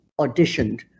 auditioned